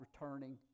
returning